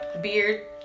Beard